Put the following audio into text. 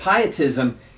pietism